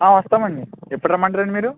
వస్తామండి ఎప్పుడు రమ్మంటారు మీరు